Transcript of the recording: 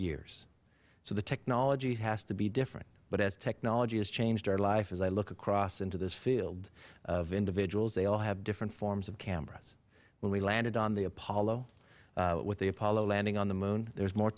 years so the technology has to be different but as technology has changed our life as i look across into this field of individuals they all have different forms of canvas when we landed on the apollo with the apollo landing on moon there is more